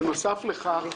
בנוסף לכך,